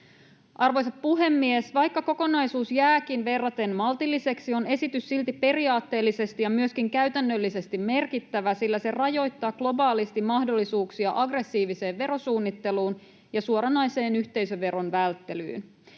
Arvoisa puhemies! Vaikka kokonaisuus jääkin verraten maltilliseksi, on esitys silti periaatteellisesti ja myöskin käytännöllisesti merkittävä, sillä se rajoittaa globaalisti mahdollisuuksia aggressiiviseen verosuunnitteluun ja suoranaiseen yhteisöveron välttelyyn.